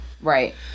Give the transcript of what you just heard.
right